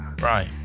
Right